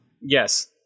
Yes